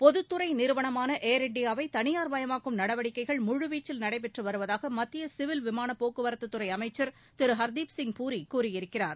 பொதுத்துறை நிறுவனமான ஏர் இண்டியாவை தனியார்மயமாக்கும் நடவடிக்கைகள் முழுவீச்சில் நடைபெற்று வருவதாக மத்திய சிவில் விமானப் போக்குவரத்துத்துறை அமைச்சர் திரு ஹர்தீப் சிய் பூரி கூறியிருக்கிறார்